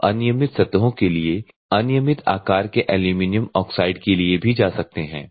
आप अनियमित सतहों के लिए अनियमित आकार के एल्यूमीनियम ऑक्साइड के लिए भी जा सकते हैं